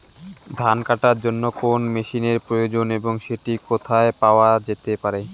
ধান কাটার জন্য কোন মেশিনের প্রয়োজন এবং সেটি কোথায় পাওয়া যেতে পারে?